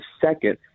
second